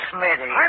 Smitty